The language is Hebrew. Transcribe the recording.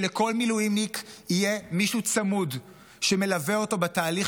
שלכל מילואימניק יהיה מישהו צמוד שמלווה אותו בתהליך